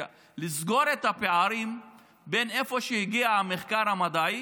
לסגור את הפערים בין איפה שהגיע המחקר המדעי